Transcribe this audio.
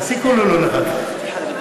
תעשי "קולולולו" אחד.